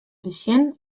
besjen